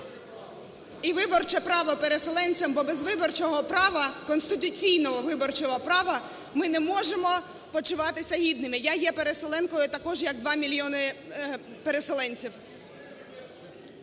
І виборче право переселенцям, бо без виборчого права, конституційного виборчого права ми не можемо почуватися гідними. Я є переселенкою також, як два мільйони переселенців.